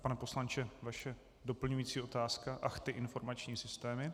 Pane poslanče, vaše doplňující otázka ach, ty informační systémy.